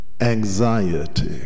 anxiety